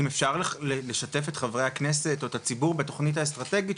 אם אפשר לשתף את חברי הכנסת או את הציבור בתכנית האסטרטגית,